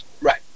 Right